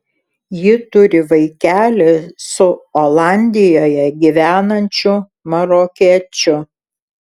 ji turi vaikelį su olandijoje gyvenančiu marokiečiu